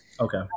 Okay